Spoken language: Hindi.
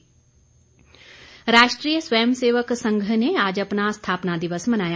आरएसएस राष्ट्रीय स्वयं सेवक संघ ने आज अपना स्थापना दिवस मनाया